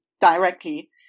directly